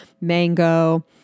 mango